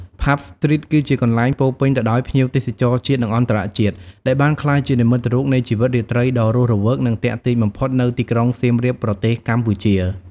ផាប់ ស្ទ្រីត គឺជាកន្លែងពោរពេញទៅដោយភ្ញៀវទេសចរជាតិ និងអន្តរជាតិដែលបានក្លាយជានិមិត្តរូបនៃជីវិតរាត្រីដ៏រស់រវើក និងទាក់ទាញបំផុតនៅទីក្រុងសៀមរាប ប្រទេសកម្ពុជា។